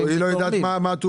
אבל היא לא יודעת מה התרומות.